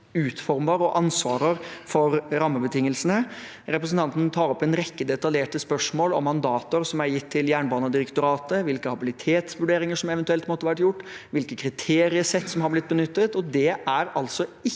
utformer og har ansvar for rammebetingelsene. Representanten tar opp en rekke detaljerte spørsmål om mandater som er gitt til Jernbanedirektoratet, hvilke habilitetsvurderinger som eventuelt måtte være gjort, og hvilke kriteriesett som har blitt benyttet. Det er altså ikke